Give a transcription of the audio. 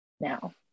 now